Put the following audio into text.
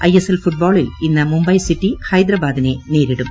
I S L ഫുട്ബോളിൽ ഇന്ന് Mumbai city ഹൈദ്രാബാദിനെ നേരിടും